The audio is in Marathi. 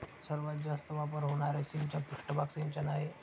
सर्वात जास्त वापर होणारे सिंचन पृष्ठभाग सिंचन आहे